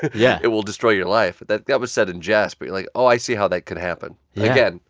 yeah it will destroy your life. that that was said in jest, but you're like, oh, i see how that could happen. yeah again,